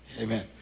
Amen